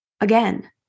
again